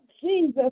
Jesus